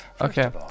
Okay